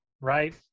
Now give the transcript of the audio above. right